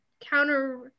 counter